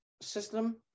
system